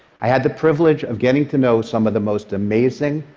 i had the privilege of getting to know some of the most amazing,